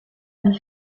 m’y